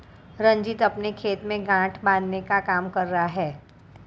रंजीत अपने खेत में गांठ बांधने का काम कर रहा है